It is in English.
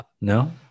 No